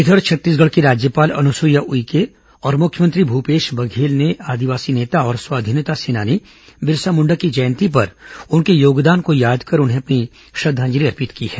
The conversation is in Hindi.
इधर छत्तीसगढ़ की राज्यपाल अनुसुईया उइके और मुख्यमंत्री भूपेश बघेल ने आदिवासी नेता और स्वाधीनता सेनानी बिरसा मुण्डा की जयंती पर उनके योगदान को याद कर उन्हें अपनी श्रद्वांजलि अर्पित की है